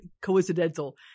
coincidental